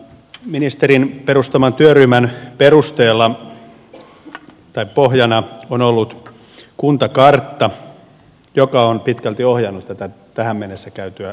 ministerin perustaman työryhmän pohjana on ollut kuntakartta joka on pitkälti ohjannut tätä tähän mennessä käytyä kuntakeskustelua